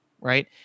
right